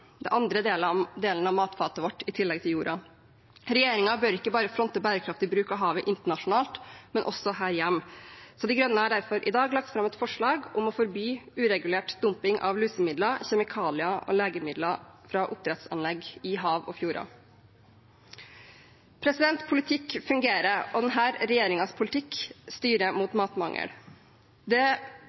den andre delen av matfatet vårt i tillegg til jorda. Regjeringen bør ikke bare fronte bærekraftig bruk av havet internasjonalt, men også her hjemme. De Grønne har derfor i dag lagt fram et forslag om å forby uregulert dumping av lusemidler, kjemikalier og legemidler fra oppdrettsanlegg i hav og fjorder. Politikk fungerer, og denne regjeringens politikk styrer mot matmangel,